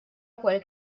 wkoll